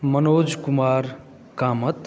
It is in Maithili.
मनोज कुमार कामत